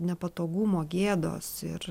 nepatogumo gėdos ir